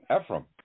Ephraim